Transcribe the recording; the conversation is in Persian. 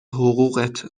حقوقت